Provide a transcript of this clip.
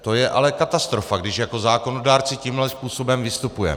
To je ale katastrofa, když jako zákonodárci tímhle způsobem vystupujeme.